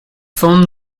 phone